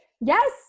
Yes